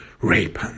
rape